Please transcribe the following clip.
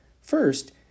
First